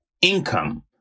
income